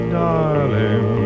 darling